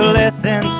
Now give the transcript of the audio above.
listen